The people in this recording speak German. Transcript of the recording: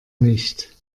nicht